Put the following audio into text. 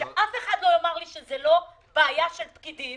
שאף אחד לא יאמר לי שזה לא בעיה של פקידים.